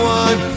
one